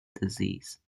disease